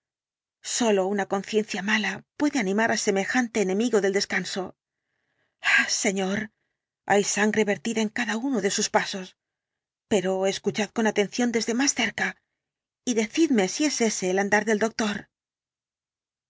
sólo una conciencia mala puede animar á semejante enemigo del descanso ah señor hay sangre vertida en cada uno de sus pasos pero escuchad con atención desde más cerca y decidme si es ese el andar del doctor